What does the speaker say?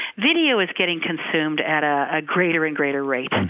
video is getting consumed at a ah greater and greater rate.